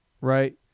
Right